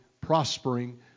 prospering